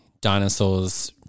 dinosaurs